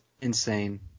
Insane